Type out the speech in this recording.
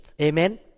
Amen